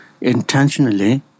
intentionally